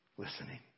listening